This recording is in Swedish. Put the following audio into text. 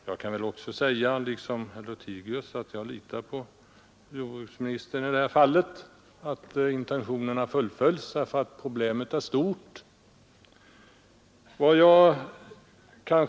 Jag kan också säga liksom herr Lothigius, att vi litar på jordbruksministern i detta fall, litar på att intentionerna fullföljes, eftersom problemet är stort.